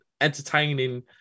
entertaining